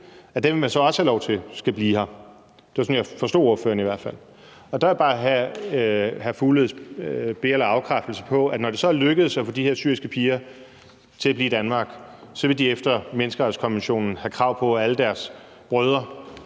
at dem vil man så også give lov til at blive her. Det var sådan, jeg forstod ordføreren i hvert fald. Og der vil jeg bare have hr. Mads Fugledes be- eller afkræftelse på, at når det så er lykkedes at få de her syriske piger til at blive i Danmark, vil de efter menneskerettighedskonventionen have krav på, at alle deres brødre,